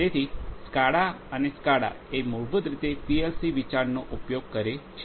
તેથી આ સ્કાડા અને સ્કાડા એ મૂળભૂત રીતે પીએલસીવિચારનો ઉપયોગ કરે છે